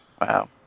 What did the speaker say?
Wow